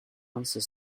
answer